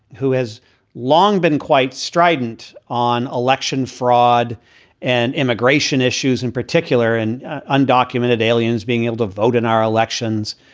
who has long been quite strident on election fraud and immigration issues in particular, and undocumented aliens being able to vote in our elections.